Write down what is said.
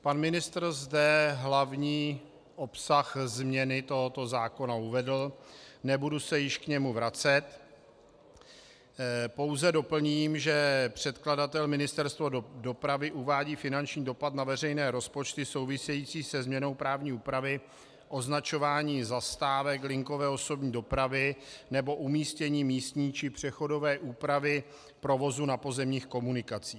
Pan ministr zde hlavní obsah změny tohoto zákona uvedl, nebudu se již k němu vracet, pouze doplním, že předkladatel, Ministerstvo dopravy, uvádí finanční dopad na veřejné rozpočty související se změnou právní úpravy označování zastávek linkové osobní dopravy nebo umístění místní či přechodové úpravy provozu na pozemních komunikacích.